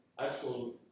actual